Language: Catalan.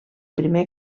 primer